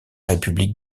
république